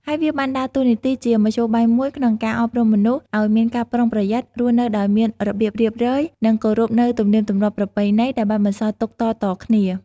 ហើយវាបានដើរតួនាទីជាមធ្យោបាយមួយក្នុងការអប់រំមនុស្សឲ្យមានការប្រុងប្រយ័ត្ន រស់នៅដោយមានរបៀបរៀបរយ និងគោរពនូវទំនៀមទម្លាប់ប្រពៃណីដែលបានបន្សល់ទុកតៗគ្នា ។